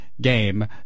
game